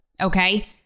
Okay